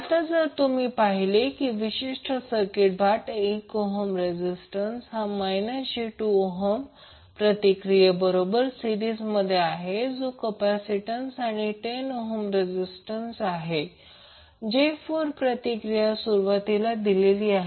आता जर तुम्ही पाहिले हा विशिष्ट भाग म्हणजे 8 ohm रेझीस्टंस हा j2 ohm प्रतिक्रिये बरोबर सिरिसमध्ये आहे जो कॅपॅसिटन्स आणि 10 ohm रेझीस्टंस आणि j4 प्रतिक्रिया सुरुवातीला दिलेली आहे